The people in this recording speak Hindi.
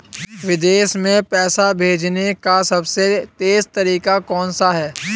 विदेश में पैसा भेजने का सबसे तेज़ तरीका कौनसा है?